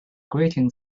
grating